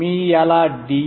मी याला D1 म्हणेन